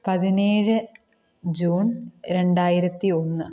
പതിനേഴ് ജൂൺ രണ്ടായിരത്തി ഒന്ന്